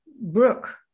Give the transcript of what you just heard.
Brooke